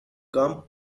come